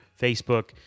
Facebook